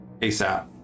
ASAP